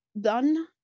done